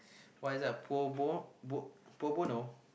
why is that pro bo~ pro bono